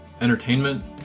Entertainment